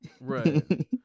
Right